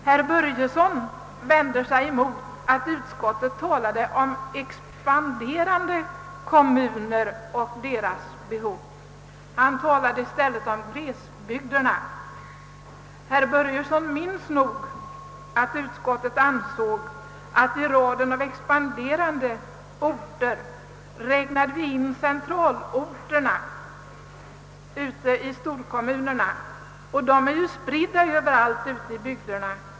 Herr Börjesson i Glömminge vände sig mot att utskottet talat om expanderande kommuner och deras behov. Själv talade han om glesbygderna. Men herr Börjesson minns nog att vi i utskottet i raden av expanderande orter räknade in centralorterna ute i storkommunerna — och de finns spridda överallt ute i bygderna.